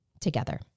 together